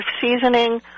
seasoning